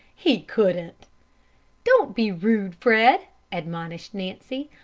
he couldn't! don't be rude, fred! admonished nancy.